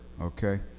okay